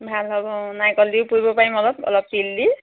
ভাল হ'ব নাৰিকল দিও পুৰিব পাৰিম অলপ অলপ তিল দি